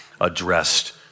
addressed